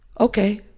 ok.